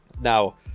now